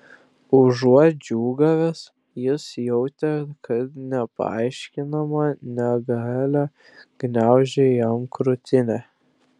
užuot džiūgavęs jis jautė kad nepaaiškinama negalia gniaužia jam krūtinę